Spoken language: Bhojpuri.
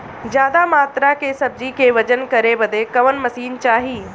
ज्यादा मात्रा के सब्जी के वजन करे बदे कवन मशीन चाही?